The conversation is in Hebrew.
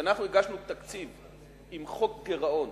כשאנחנו הגשנו תקציב עם חוק גירעון